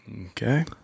Okay